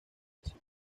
lesión